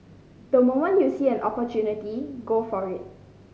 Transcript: the moment you see an opportunity go for it